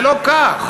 זה לא כך.